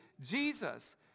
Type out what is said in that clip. Jesus